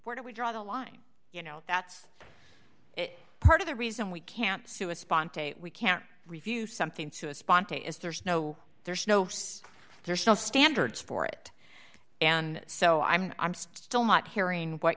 where do we draw the line you know that's it part of the reason we can't sue a spontaneous we can't refute something to a spontaneous there's no there's no there's no standards for it and so i'm i'm still not hearing what